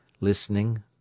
listening